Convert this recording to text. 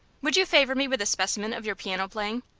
would you favor me with a specimen of your piano playing?